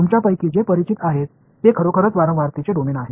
तुमच्यापैकी जे परिचित आहेत ते खरोखरच वारंवारतेचे डोमेन आहेत